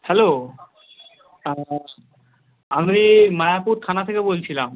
hello আমি মায়াপুর থানা থেকে বলছিলাম